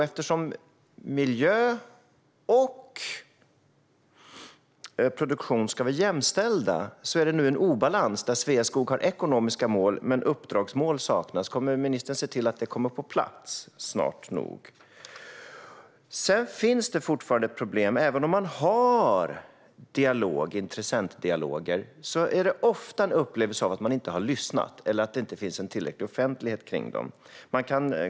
Eftersom miljö och produktionsmål ska vara jämställda är det nu en obalans, där Sveaskog har ekonomiska mål men uppdragsmål saknas. Kommer ministern att se till att det kommer på plats snart? Sedan finns det fortfarande problem. Även om man har intressentdialoger finns det ofta en upplevelse av att man inte har lyssnat eller att det inte finns en tillräcklig offentlighet kring dem.